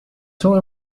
two